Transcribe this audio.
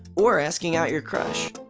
or asking out your crush.